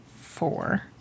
four